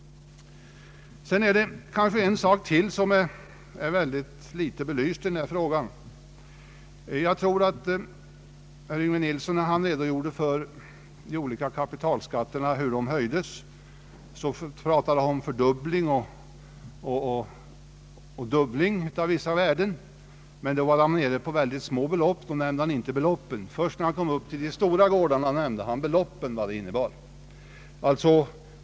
Det är ytterligare en sak som är föga belyst i denna fråga. När herr Yngve Nilsson redogjorde för hur de olika kapitalskatterna höjdes talade han om en fördubbling och fyrdubbling av vissa värden. Han nämnde inte beloppen då de var mycket små, utan först när det gällde de stora gårdarna nämnde han beloppen.